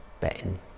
betting